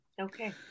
Okay